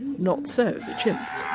not so the chimps.